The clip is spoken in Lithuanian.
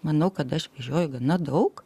manau kad aš vežioju gana daug